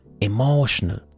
emotional